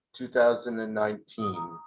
2019